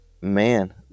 man